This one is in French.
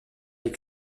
les